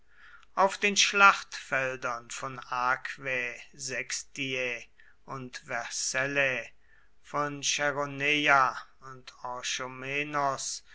auf den schlachtfeldern von aquae sextiae und vercellae von chäroneia und